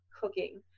cooking